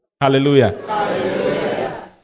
Hallelujah